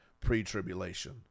pre-tribulation